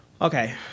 Okay